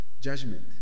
judgment